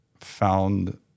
found